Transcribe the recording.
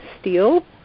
steel